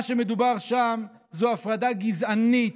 מה שמדובר בו שם זו הפרדה גזענית,